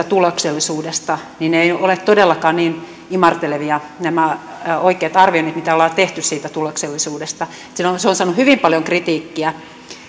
tuloksellisuudesta niin eivät ole todellakaan niin imartelevia nämä oikeat arvioinnit mitä ollaan tehty siitä tuloksellisuudesta se on saanut hyvin paljon kritiikkiä